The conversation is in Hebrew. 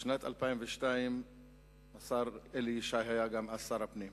גם בשנת 2002 השר אלי ישי היה שר הפנים,